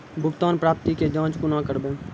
भुगतान प्राप्ति के जाँच कूना करवै?